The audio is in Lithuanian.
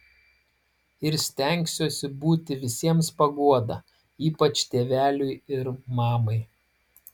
ir stengsiuosi būti visiems paguoda ypač tėveliui ir mamai